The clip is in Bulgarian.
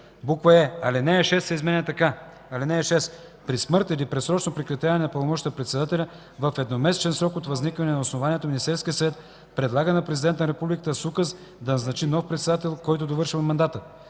е) алинея 6 се изменя така: „(6) При смърт или предсрочно прекратяване на пълномощията на председателя, в едномесечен срок от възникване на основанието Министерският съвет предлага на президента на републиката с указ да назначи нов председател, който довършва мандата.”;